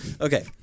Okay